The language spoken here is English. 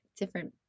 different